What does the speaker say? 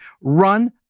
run